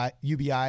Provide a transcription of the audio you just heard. UBI